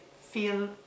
feel